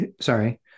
sorry